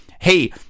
Hey